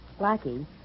Blackie